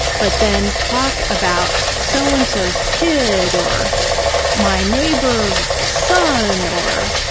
but then talk about so-and-so's kid or my neighbor's son or,